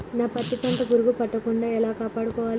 నా పత్తి పంట పురుగు పట్టకుండా ఎలా కాపాడుకోవాలి?